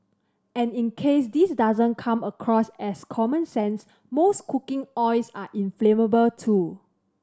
and in case this doesn't come across as common sense most cooking oils are inflammable too